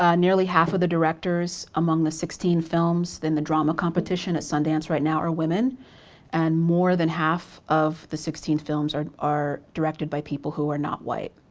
ah nearly half of the directors among the sixteen films in the drama competition at sundance right now are women and more than half of the sixteen films are are directed by people who are not white.